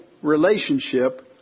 Relationship